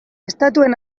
estatuen